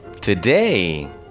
today